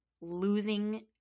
losing